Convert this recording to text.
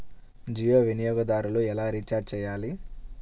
జియో వినియోగదారులు ఎలా రీఛార్జ్ చేయాలి?